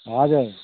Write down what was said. हजुर